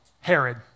Herod